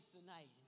tonight